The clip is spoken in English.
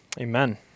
Amen